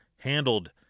handled